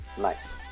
Nice